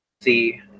see